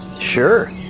Sure